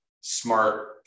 smart